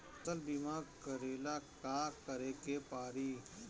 फसल बिमा करेला का करेके पारी?